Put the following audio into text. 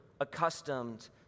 accustomed